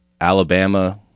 alabama